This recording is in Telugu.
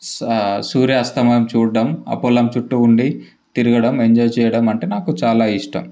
సూర్యాస్తమయం చూడటం ఆ పొలం చుట్టూ ఉండి తిరగడం ఎంజాయ్ చేయడం అంటే నాకు చాలా ఇష్టం